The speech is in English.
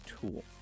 tool